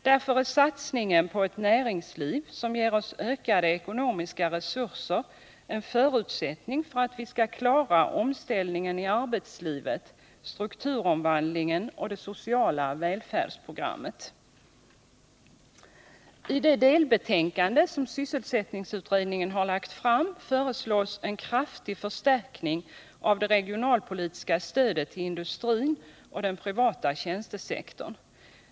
Därför är satsningen på ett näringsliv som ger oss ökade ekonomiska resurser en förutsättning för att vi skall klara omställningen i arbetslivet, strukturomvandlingen och det sociala välfärdsprogrammet. I det delbetänkande som sysselsättningsutredningen har lagt fram föreslås en kraftig förstärkning av det regionalpolitiska stödet till industrin och den privata tjänstesektorn.